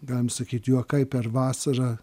galim sakyt juokai per vasarą